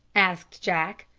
asked jack.